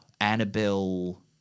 Annabelle